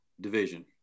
division